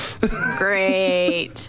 Great